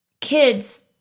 kids